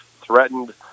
threatened